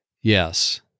Yes